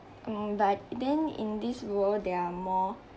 um but then in this world there are more